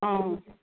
অঁ